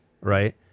Right